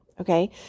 Okay